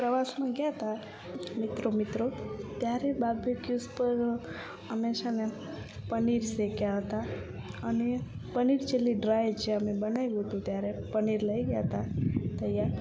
પ્રવાસમાં ગયા હતા મિત્રો મિત્રો ત્યારે બાર્બીક્યુઝ પર અમે છે ને પનીર શેક્યા હતા અને પનીર ચીલી ડ્રાય જે અમે બનાવ્યું હતું ત્યારે પનીર લઈ ગયા હતા તૈયાર